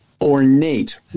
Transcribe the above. Ornate